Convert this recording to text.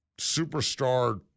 superstar